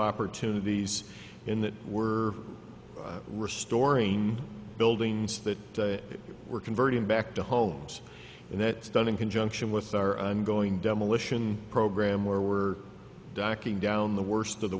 opportunities in that we're restoring buildings that we're converting back to homes and that's done in conjunction with our i'm going demolition program where we're backing down the worst of the